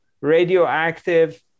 radioactive